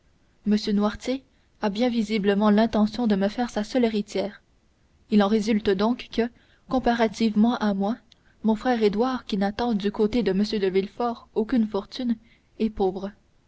m noirtier a bien visiblement l'intention de me faire sa seule héritière il en résulte donc que comparativement à moi mon frère édouard qui n'attend du côté de mme de villefort aucune fortune est pauvre